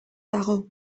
dago